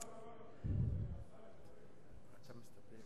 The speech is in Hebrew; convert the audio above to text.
אמסלם, תורי.